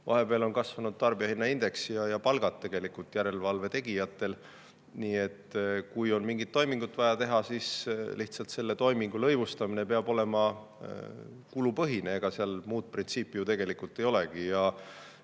vahepeal on kasvanud tarbijahinnaindeks ja palgad järelevalve tegijatel. Nii et kui on mingit toimingut vaja teha, siis lihtsalt selle toimingu lõivustamine peab olema kulupõhine, ega seal muud printsiipi ju tegelikult ei olegi. Ja